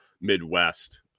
Midwest